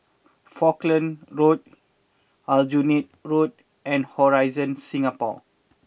Falkland Road Aljunied Road and Horizon Singapore